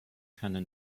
keine